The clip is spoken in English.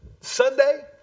Sunday